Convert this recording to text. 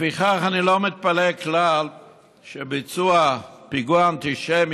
לפיכך אני לא מתפלא כלל על ביצוע פיגוע אנטישמי,